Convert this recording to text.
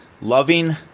Loving